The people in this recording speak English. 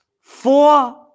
Four